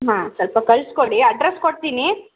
ಹಾಂ ಸ್ವಲ್ಪ ಕಳಿಸ್ಕೊಡಿ ಅಡ್ರಸ್ ಕೊಡ್ತೀನಿ